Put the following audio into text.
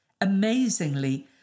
Amazingly